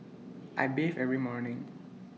I bathe every morning